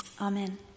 Amen